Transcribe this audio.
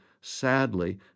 sadly